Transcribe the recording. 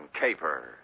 caper